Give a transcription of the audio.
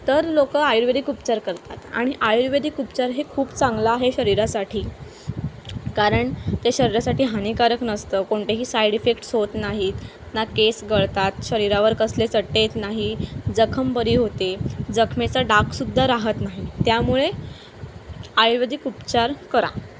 तर लोक आयुर्वेदिक उपचार करतात आणि आयुर्वेदिक उपचार हे खूप चांगलं आहे शरीरासाठी कारण ते शरीरासाठी हानिकारक नसतं कोणतेही साईड इफेक्ट्स होत नाहीत ना केस गळतात शरीरावर कसले चट्टे येत नाही जखम बरी होते जखमेचा डाक सुद्धा राहत नाही त्यामुळे आयुर्वेदिक उपचार करा